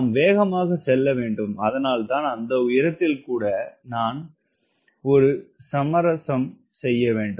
நாம் வேகமாக செல்ல வேண்டும் அதனால்தான் அந்த உயரத்தில் கூட நாம் ஒரு சமரசம் செய்ய வேண்டும்